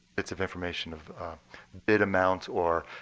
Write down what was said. bits of information of bid amount or